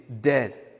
dead